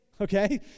okay